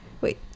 Wait